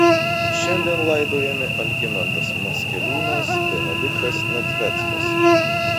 šiandien laidojami algimantas maskeliūnas benediktas nedzveckas